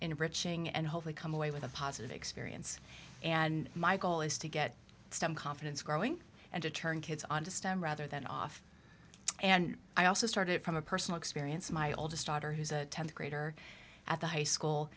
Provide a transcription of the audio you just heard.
enriching and hopefully come away with a positive experience and my goal is to get some confidence growing and to turn kids on to stem rather than off and i also started from a personal experience my oldest daughter who's a th grader at the high school